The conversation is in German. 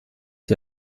die